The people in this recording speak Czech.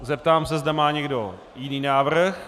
Zeptám se, zda má někdo jiný návrh.